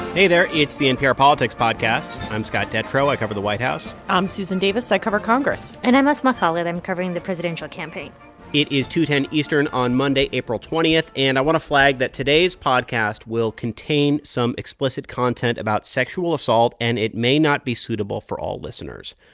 hey there. it's the npr politics podcast i'm scott detrow. i cover the white house i'm susan davis. i cover congress and i'm asma khalid. i'm covering the presidential campaign it is two ten eastern on monday, april twenty. and i want to flag that today's podcast will contain some explicit content about sexual assault, and it may not be suitable for all listeners.